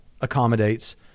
accommodates